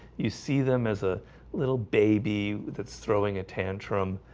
you see them as a little baby that's throwing a tantrum